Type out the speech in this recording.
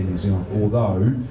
zealand. although,